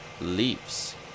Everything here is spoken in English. leaves